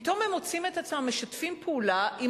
פתאום הם מוצאים את עצמם משתפים פעולה עם